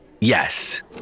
yes